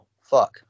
Fuck